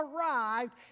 arrived